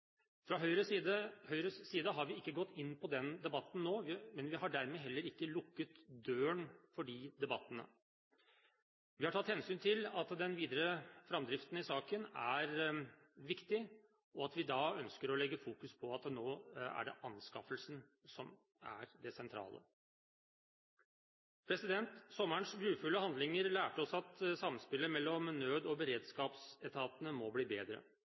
Fra Høyres side har vi ikke gått inn på den debatten nå, men vi har dermed heller ikke lukket døren for de debattene. Vi har tatt hensyn til at den videre framdriften i saken er viktig, og at vi da ønsker å sette fokus på at det nå er anskaffelsen som er det sentrale. Sommerens grufulle handlinger lærte oss at samspillet mellom nød- og beredskapsetatene må bli bedre.